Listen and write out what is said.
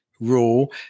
rule